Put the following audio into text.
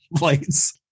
lights